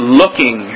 looking